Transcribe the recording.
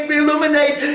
illuminate